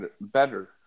better